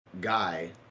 guy